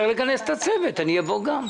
אז צריך לכנס את הצוות, אני אבוא גם.